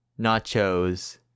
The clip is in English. nachos